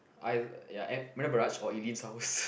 I ya at Marina Barrage or Eileen's house